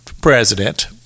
president